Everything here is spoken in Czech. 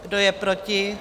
Kdo je proti?